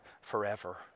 forever